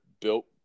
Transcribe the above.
built